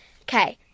Okay